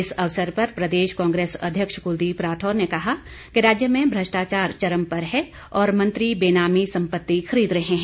इस अवसर पर प्रदेश कांग्रेस अध्यक्ष कुलदीप राठौर ने कहा कि राज्य में भ्रष्टाचार चरम पर है और मंत्री बेनामी संपत्ति खरीद रहे हैं